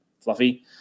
fluffy